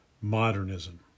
modernism